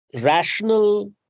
rational